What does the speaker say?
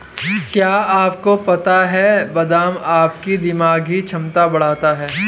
क्या आपको पता है बादाम आपकी दिमागी क्षमता बढ़ाता है?